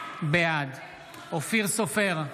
בעד אופיר סופר,